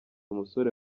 umusore